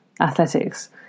Athletics